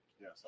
Yes